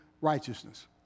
Righteousness